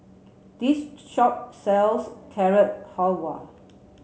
this shop sells Carrot Halwa